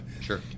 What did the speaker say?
Sure